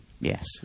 yes